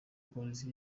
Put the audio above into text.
polisi